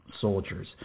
soldiers